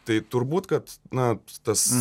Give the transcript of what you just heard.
tai turbūt kad na tas